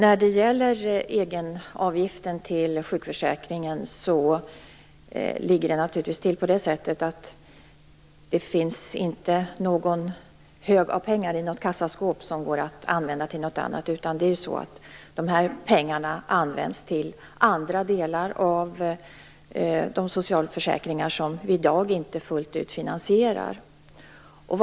Fru talman! Egenavgiften till sjukförsäkringen har inte lagts som en hög pengar i ett kassaskåp och går därför inte att använda till något annat. Dessa pengar används till andra delar av de socialförsäkringar som vi i dag inte finansierar fullt ut.